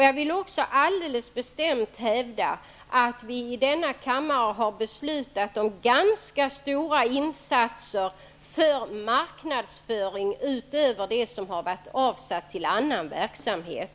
Jag vill också alldeles bestämt hävda att vi i denna kammare har beslutat om ganska stora insatser för marknadsföring utöver det som har varit avsatt till annan verksamhet.